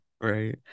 right